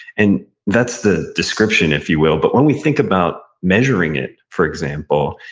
and that's the description, if you will, but when we think about measuring it, for example,